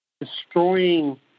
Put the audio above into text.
destroying